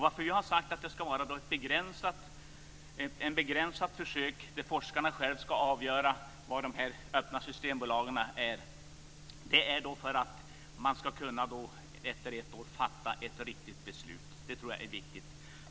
Vi har sagt att det ska vara ett begränsat försök där forskarna själva ska avgöra vilka Systembolag som ska hållas öppna. Det är för att man efter ett år ska kunna fatta ett riktigt beslut. Det tror jag är viktigt.